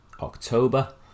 October